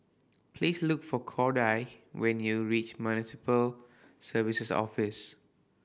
please look for Cordie when you reach Municipal Services Office